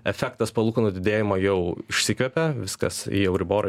efektas palūkanų didėjimo jau išsikvėpė viskas į euriborą